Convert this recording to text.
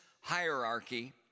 hierarchy